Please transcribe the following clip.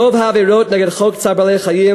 רוב העבירות נגד חוק צער בעלי-חיים